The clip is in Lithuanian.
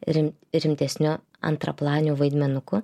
rim rimtesniu antraplaniu vaidmenuku